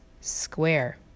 Square